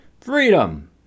Freedom